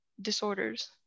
disorders